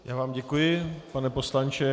Já vám děkuji, pane poslanče.